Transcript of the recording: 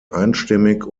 einstimmig